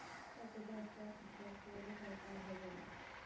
पसंदीदा stock, stock के एगो प्रकार होबो हइ